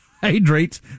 hydrates